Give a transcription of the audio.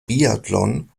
biathlon